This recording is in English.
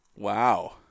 Wow